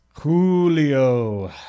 Julio